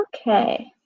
Okay